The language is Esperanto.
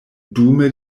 dume